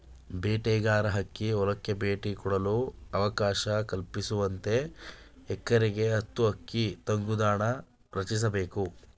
ಬೇಟೆಗಾರ ಹಕ್ಕಿ ಹೊಲಕ್ಕೆ ಭೇಟಿ ಕೊಡಲು ಅವಕಾಶ ಕಲ್ಪಿಸುವಂತೆ ಎಕರೆಗೆ ಹತ್ತು ಹಕ್ಕಿ ತಂಗುದಾಣ ರಚಿಸ್ಬೇಕು